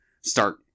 start